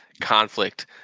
conflict